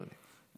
אדוני.